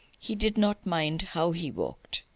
he did not mind how he walked.